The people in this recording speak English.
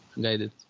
guided